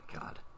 God